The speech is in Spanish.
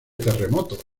terremotos